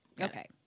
okay